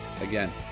Again